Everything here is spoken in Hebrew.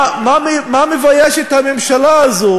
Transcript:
מה מבייש את הממשלה הזו